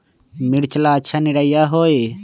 मिर्च ला अच्छा निरैया होई?